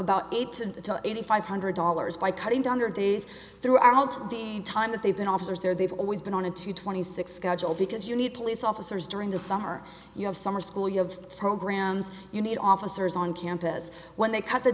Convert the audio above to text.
to eighty five hundred dollars by cutting down their days throughout the time that they've been officers there they've always been on a two twenty six schedule because you need police officers during the summer you have summer school you have programs you need officers on campus when they cut the